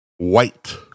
White